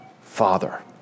Father